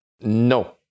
No